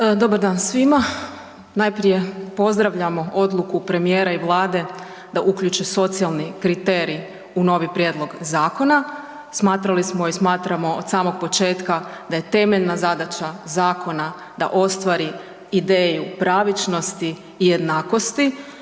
Dobar dan svima. Najprije pozdravljamo odluku premijera i Vlade da uključe socijalni kriterij u novi prijedlog zakona. Smatrali smo i smatramo od samog početka da je temeljna zadaća zakona da ostvari ideju pravičnosti i jednakosti.